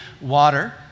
water